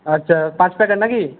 আচ্ছা পাঁচ প্যাকেট নাকি